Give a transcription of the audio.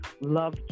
love